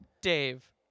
Dave